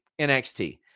NXT